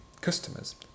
customers